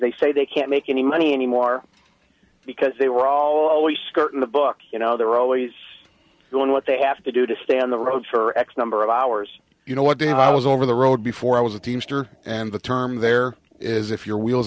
they say they can't make any money anymore because they were always skirting the book you know they're always doing what they have to do to stay on the road for x number of hours you know what they hollers over the road before i was a teamster and the term there is if your wheels